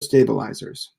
stabilizers